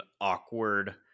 awkward